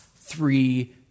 three